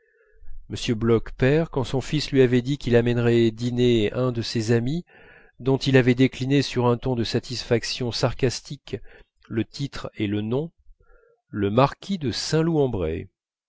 m bloch père quand son fils lui avait dit qu'il amènerait à dîner un de ses amis dont il avait décliné sur un ton de satisfaction sarcastique le titre et le nom le marquis de